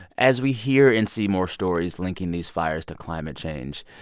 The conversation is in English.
as we hear and see more stories linking these fires to climate change,